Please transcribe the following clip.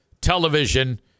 television